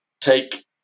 take